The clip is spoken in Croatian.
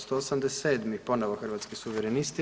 187. ponovo Hrvatski suverenisti.